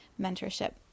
Mentorship